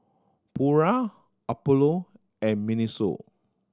Pura Apollo and MINISO